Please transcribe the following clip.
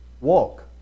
walk